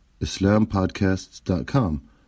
islampodcasts.com